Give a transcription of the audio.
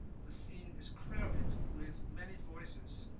the scene is crowded with many voices,